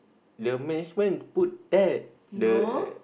the management put that the